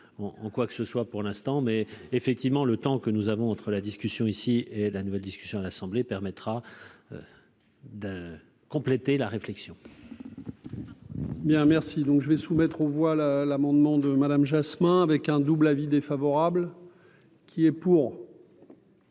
en quoi que ce soit pour l'instant, mais effectivement le temps que nous avons entre la discussion ici et la nouvelle discussion à l'Assemblée, permettra de compléter la réflexion.